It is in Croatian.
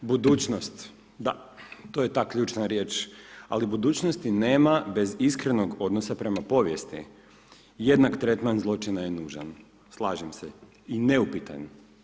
Budućnost, da, to je ta ključna riječ, ali budućnosti nema bez iskrenog odnosa prema povijesti, jednak tretman zločina je nužan, slažem se i neupitan.